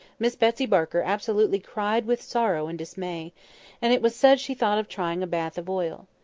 miss betsy barker absolutely cried with sorrow and dismay and it was said she thought of trying a bath of oil.